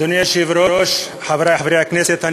אדוני היושב-ראש, חברי חברי הכנסת הנכבדים,